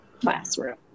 classroom